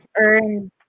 earn